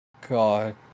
God